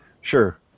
Sure